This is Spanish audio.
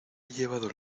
llevado